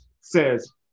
says